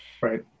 right